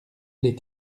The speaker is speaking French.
les